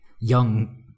young